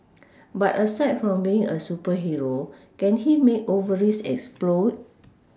but aside from being a superhero can he make ovaries explode